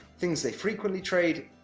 things they frequently trade,